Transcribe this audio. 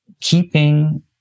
keeping